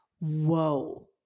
whoa